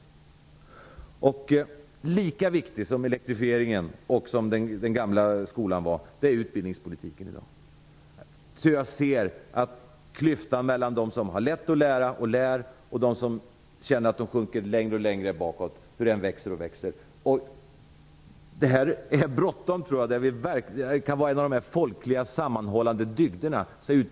Lika viktig som elektrifieringen är, och som den gamla skolplikten var, är utbildningspolitiken i dag. Jag ser att klyftan växer alltmer mellan dem som har lätt för att lära och dem som känner att de sjunker längre och längre bakåt. Här tror jag att det är bråttom. Utbildningens mål och innehåll kan vara en av de folkliga sammanhållande dygderna.